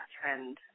trend